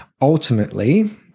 Ultimately